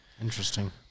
Interesting